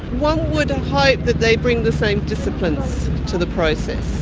one would hope that they'd bring the same disciplines to the process